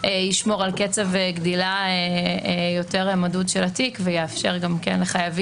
זה ישמור על קצב גדילה מדוד יותר של התיק ויאפשר לחייבים